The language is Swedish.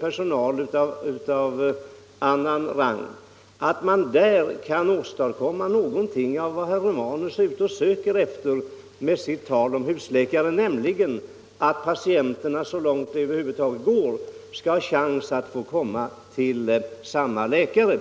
personal i övrigt kan åstadkomma någonting av vad herr Romanus söker efter med sitt tal om husläkare, nämligen att patienterna så långt det över huvud taget går skall ha chans att få komma till samma läkare.